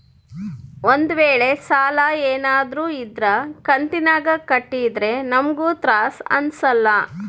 ಒಂದ್ವೇಳೆ ಸಾಲ ಏನಾದ್ರೂ ಇದ್ರ ಕಂತಿನಾಗ ಕಟ್ಟಿದ್ರೆ ನಮ್ಗೂ ತ್ರಾಸ್ ಅಂಸಲ್ಲ